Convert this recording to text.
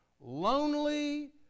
Lonely